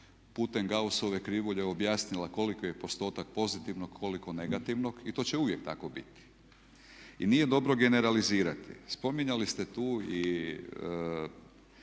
putem Gausove krivulje objasnila koliki je postotak pozitivnog, koliko negativnog i to će uvijek tako biti. I nije dobro generalizirati. Spominjali ste tu i